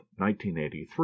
1983